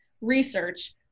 research